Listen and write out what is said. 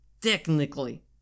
technically